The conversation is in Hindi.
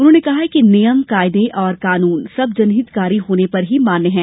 उन्होने कहा कि नियम कायदे और कानून सब जनहितकारी होने पर ही मान्य हैं